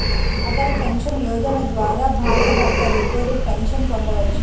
Atal pension Yojana ద్వారా భార్యాభర్తలిద్దరూ pension పొందొచ్చు